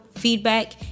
feedback